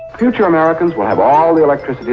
future americans will have all the electricity